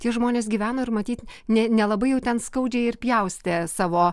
tie žmonės gyveno ir matyt ne nelabai jau ten skaudžiai ir pjaustė savo